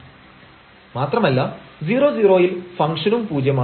lim┬█x→0y→0⁡fxylim┬r→0⁡r cos⁡θ sin⁡θ0f0 0 മാത്രമല്ല 00 ൽ ഫങ്ക്ഷനും പൂജ്യമാണ്